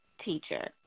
teacher